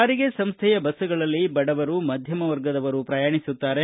ಸಾರಿಗೆ ಸಂಸ್ಥೆಯ ಬಸ್ಗಳಲ್ಲಿ ಬಡವರು ಮಧ್ಯಮ ವರ್ಗದವರು ಪ್ರಯಾಣಿಸುತ್ತಾರೆ